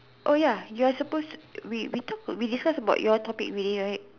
oh ya you're supposed we talk we discuss about your topic already right